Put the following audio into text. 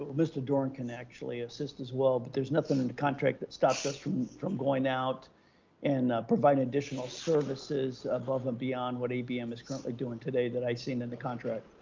ah mr. doran can actually assist as well, but there's nothing in the contract that stops us from going out and providing additional services above and beyond what abm is currently doing today that i've seen in the contract.